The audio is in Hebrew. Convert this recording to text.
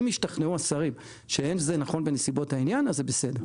אם השתכנעו השרים שאין זה נכון בנסיבות העניין אז זה בסדר.